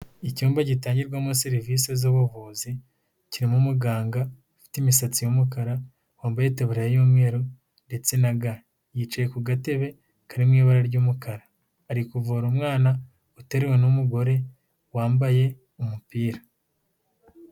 Icyumba gitangirwamo serivisi z'ubuvuzi, kirimo umuganga ufite imisatsi y'umukara, wambaye itaburiya y'umweru ndetse na ga, yicaye ku gatebe kari mu ibara ry'umukara, ari kuvura umwana uterewe n'umugore, wambaye umupira.